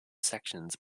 sections